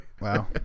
Wow